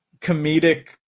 comedic